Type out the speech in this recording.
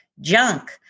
junk